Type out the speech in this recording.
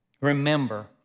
remember